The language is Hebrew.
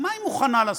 מה היא מוכנה לעשות?